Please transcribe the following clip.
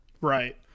Right